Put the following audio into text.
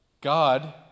God